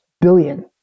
Billion